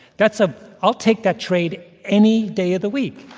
that's a i'll take that trade any day of the week.